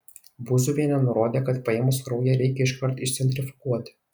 būziuvienė nurodė kad paėmus kraują reikia iškart išcentrifuguoti